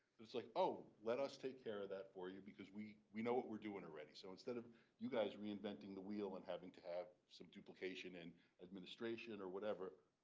it's like, oh, let us take care of that for you because we we know what we're doing already. so instead of you guys reinventing the wheel and having to have some duplication in administration or whatever,